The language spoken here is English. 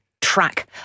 track